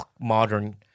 modern